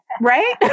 Right